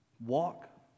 Walk